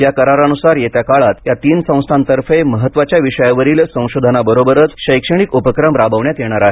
या करारानुसार येत्या काळात या तीन संस्थांतर्फे महत्वाच्या विषयावरील संशोधना बरोबरच शैक्षणिक उपक्रम राबवण्यात येणार आहेत